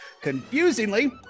Confusingly